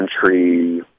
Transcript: country